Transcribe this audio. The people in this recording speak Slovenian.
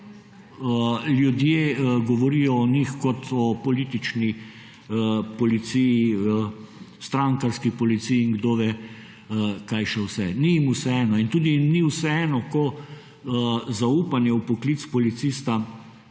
ljudje govorijo o njih kot o politični policiji, strankarski policiji in kdo ve kaj še vse. Ni jim vseeno. In tudi ni vseeno, ko zaupanje v poklic policista